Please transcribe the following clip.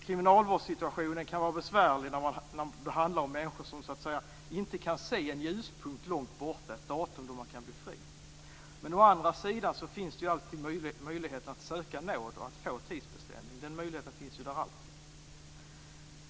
Kriminalvårdssituation kan vara besvärlig när det handlar om människor som inte kan se en ljuspunkt långt borta, ett datum då man kan bli fri. Men å andra sidan finns ju alltid möjligheten att söka nåd och få en tidsbestämning. Den möjligheten finns alltid.